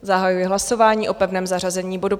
Zahajuji hlasování o pevném zařazení bodu.